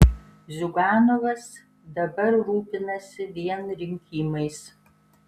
ziuganovas dabar rūpinasi vien rinkimais